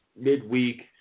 midweek